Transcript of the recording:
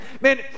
Man